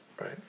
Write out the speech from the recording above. right